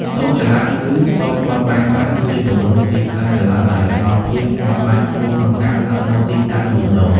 តូបចល័ត ឬ តូបបត់បែនបាន គឺជាទម្រង់នៃទីផ្សារចល័តដែលផ្តល់ភាពបត់បែនខ្ពស់ក្នុងការផ្លាស់ប្តូរទីតាំងលក់ដូរ។